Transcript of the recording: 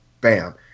bam